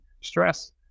stress